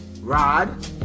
Rod